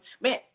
man